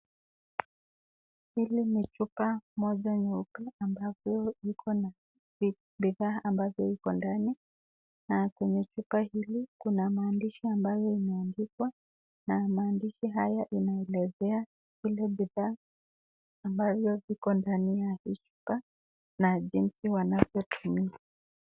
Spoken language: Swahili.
Hili ni chupa moja nyeupe ambalo liko na bidhaa ambazo ziko ndani na kwenye chupa hili kuna maandishi ambayo yameandikwa na maandishi haya yanaelezea zile bidhaa ambazo ziko ndani ya hii chupa na jinsi wanavyotumia.